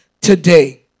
today